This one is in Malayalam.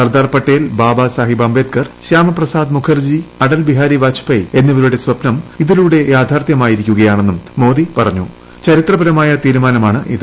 സർദാർ പട്ടേൽ ബാബ സാഹിബ് അംബേദ്കർ ശ്യാമപ്രസാദ് മുഖർജി അടൽ ബിഹാരി വാജ്പേയി എന്നിവരുടെ സ്വപ്നം ഇതിലൂടെ യാഥാർഥ്യമായിരിക്കുന്നെന്നും മോദി പറഞ്ഞു ചരിത്രപരമായ തീരുമാനമാണിത്